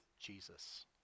Jesus